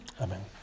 Amen